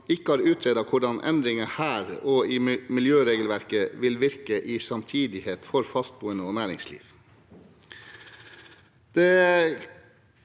ikke har utredet hvordan endringer her og i miljøregelverket vil virke i samtidighet for fastboende og næringsliv.